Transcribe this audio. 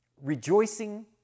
Rejoicing